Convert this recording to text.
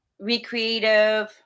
recreative